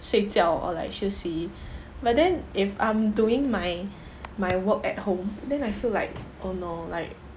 睡觉 or like 休息 but then if I'm doing my my work at home then I feel like oh no like